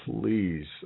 Please